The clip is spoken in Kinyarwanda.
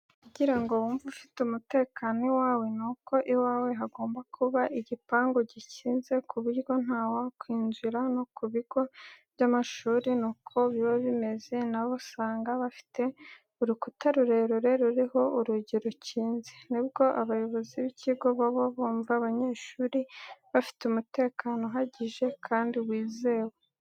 Kugira ngo wumve ufite umutekano iwawe, nuko iwawe hagomba kuba igipangu gikinze ku buryo ntawakwinjira, no ku bigo by'amashuri ni uko bimeze na bo usanga bafite urukuta rurerure ruriho urugi rukinze, nibwo abayobozi b'ikigo baba bumva abanyeshuri bafite umutekano uhagije kandi wizewe.